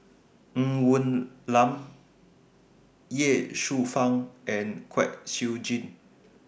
Ng Woon Lam Ye Shufang and Kwek Siew Jin